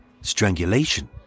strangulation